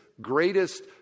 greatest